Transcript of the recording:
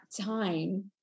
time